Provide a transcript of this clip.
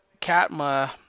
Katma